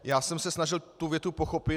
Já jsem se snažil tu větu pochopit.